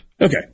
Okay